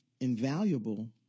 invaluable